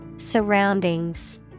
Surroundings